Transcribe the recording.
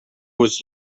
was